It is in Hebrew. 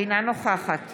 אינה נוכחת